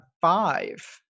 five